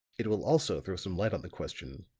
it will also throw some light on the question,